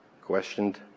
questioned